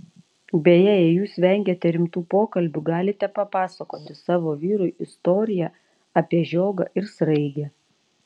beje jei jūs vengiate rimtų pokalbių galite papasakoti savo vyrui istoriją apie žiogą ir sraigę